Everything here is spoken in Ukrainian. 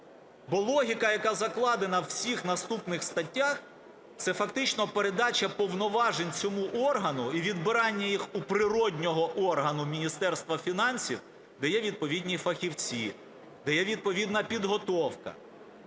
Бо логіка, яка закладена в усіх наступних статтях, це фактично передача повноважень цьому органу і відбирання їх у природного органу Міністерства фінансів, де є відповідні фахівці, де є відповідна підготовка.